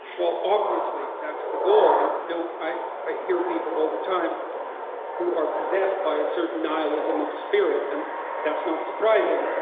well obviously that's the goal and you know i ah hear people all the time who are possessed by a certain nihilism spirit, and that's not surprising,